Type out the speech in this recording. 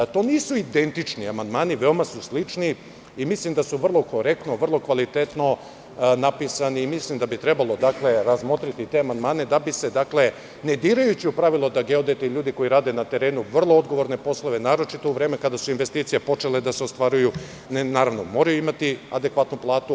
To nisu identični amandmani, veoma su slični i mislim da su vrlo korektno i vrlo kvalitetno napisani i mislim da bi trebalo razmotriti te amandmane, ne dirajući u pravilo da geodeti, ljudi koji rade na terenu vrlo odgovorne poslove, naročito u vreme kada su investicije počele da se ostvaruju, moraju imati adekvatnu platu.